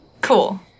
Cool